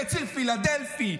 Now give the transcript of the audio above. בציר פילדלפי,